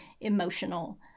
emotional